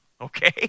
okay